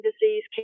disease